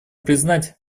признать